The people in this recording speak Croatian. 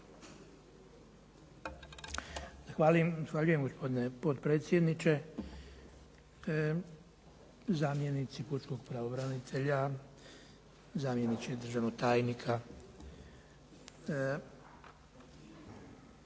Zahvaljujem gospodine potpredsjedniče, zamjenici pučkog pravobranitelja, zamjeniče državnog tajnika.